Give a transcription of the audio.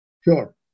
Sure